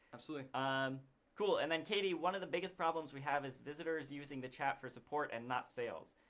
um so like ah um cool and then katie, one of the biggest problems we have is visitors using the chat for support and not sales.